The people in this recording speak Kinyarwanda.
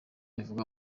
ivuga